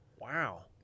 Wow